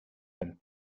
and